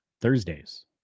Thursdays